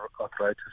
arthritis